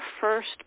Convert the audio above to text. first